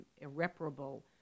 irreparable